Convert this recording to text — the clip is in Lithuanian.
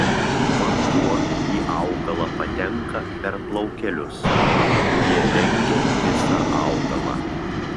vanduo į augalą patenka per plaukelius kurie dengia visą augalą